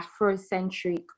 afrocentric